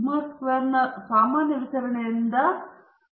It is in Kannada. ಚಿ ವರ್ಗ ಆಲ್ಫ ಕೆಗಿಂತಲೂ ಮೀರಿದ ಸಂಭವನೀಯತೆಯ ವಿತರಣಾ ಕಾರ್ಯವು ಆಲ್ಫಾದಿಂದ ನೀಡಲ್ಪಟ್ಟಿದೆ